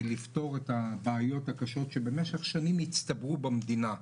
לפתור את הבעיות הקשות שבמשך שנים הצטברו במדינה.